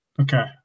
Okay